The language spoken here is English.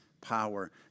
power